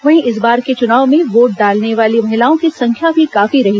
वहीं इस बार के चुनाव में वोट डालने वाली महिलाओं की संख्या भी काफी रही